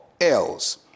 else